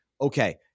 okay